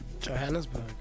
Johannesburg